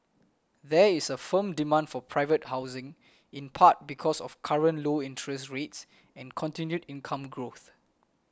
there is a firm demand for private housing in part because of current low interest rates and continued income growth